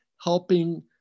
helping